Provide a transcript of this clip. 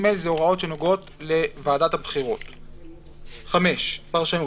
5. פרשנות.